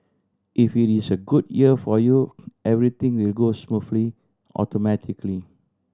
if it is a good year for you everything will go smoothly automatically